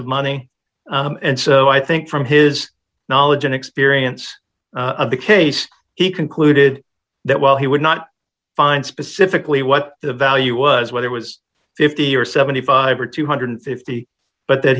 of money and so i think from his knowledge and experience of the case he concluded that while he would not find specifically what the value was whether it was fifty or seventy five or two hundred and fifty but th